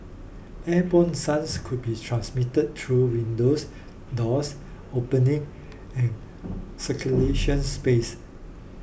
airborne sounds could be transmitted through windows doors opening and circulation space